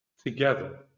Together